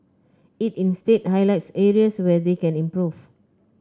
it instead highlights areas where they can improve